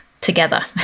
together